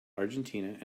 argentina